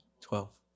Twelve